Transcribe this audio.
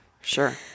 sure